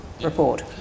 report